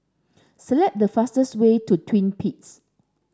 select the fastest way to Twin Peaks